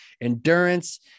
endurance